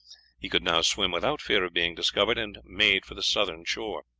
he could now swim without fear of being discovered, and made for the southern shore.